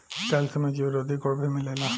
calcium में जीवरोधी गुण भी मिलेला